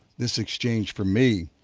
this exchange for me